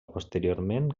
posteriorment